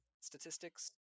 statistics